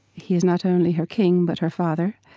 he is not only her king but her father.